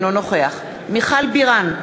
אינו נוכח מיכל בירן,